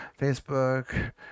Facebook